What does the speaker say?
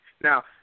Now